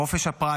חופש הפרט,